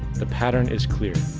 the pattern is clear.